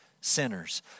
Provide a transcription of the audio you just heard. sinners